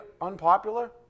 unpopular